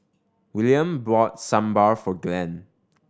Willaim bought Sambar for Glenn